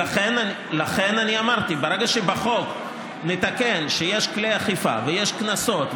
לכן אני אמרתי: ברגע שבחוק נתקן שיש כלי אכיפה ויש קנסות,